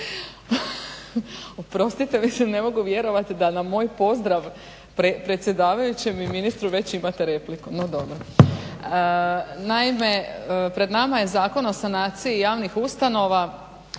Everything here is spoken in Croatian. oprostite ne mogu vjerovati da na moj pozdrav predsjedavajućem i ministru već imate repliku. No dobro. Naime pred nama je Zakon o sanaciji javnih ustanova